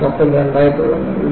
ഈ കപ്പൽ രണ്ടായി പിളർന്നു